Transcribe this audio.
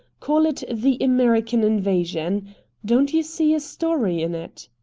call it the american invasion don't you see a story in it?